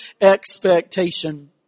expectation